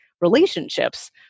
relationships